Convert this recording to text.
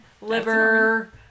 liver